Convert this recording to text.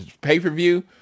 pay-per-view